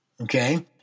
Okay